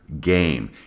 game